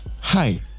hi